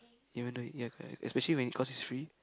even though you eat ya correct especially when cause it's free